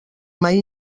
mai